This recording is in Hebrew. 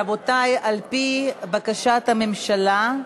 רבותי, על-פי בקשת הממשלה,